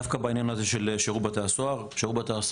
דווקא בעניין הזה שירות בתי הסוהר עשה